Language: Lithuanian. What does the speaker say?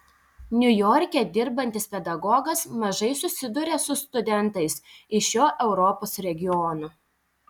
niujorke dirbantis pedagogas mažai susiduria su studentais iš šio europos regiono